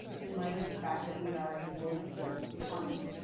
in light of the fact that we are a global economy,